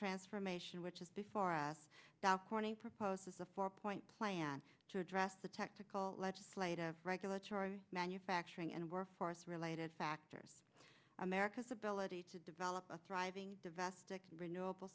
transformation which is before us dow corning proposes a four point plan to address the technical legislative regulatory manufacturing and workforce related factors america's ability to develop a thriving divestiture renewable